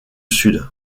sud